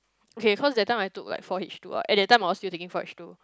okay cause that time I took like four H-two at that time I was still taking four H-two